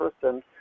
person